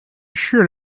should